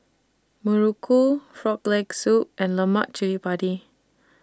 Muruku Frog Leg Soup and Lemak Cili Padi